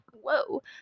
Whoa